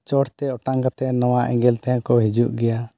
ᱪᱚᱴᱛᱮ ᱚᱴᱟᱝ ᱠᱟᱛᱮᱫ ᱱᱚᱣᱟ ᱮᱸᱜᱮᱞ ᱛᱮᱦᱚᱸ ᱠᱚ ᱦᱤᱡᱩᱜ ᱜᱮᱭᱟ